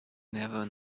never